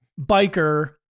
biker